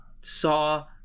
saw